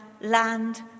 land